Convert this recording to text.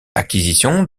acquisition